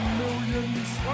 millions